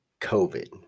COVID